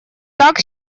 так